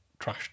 trashed